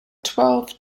twelve